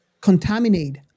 contaminate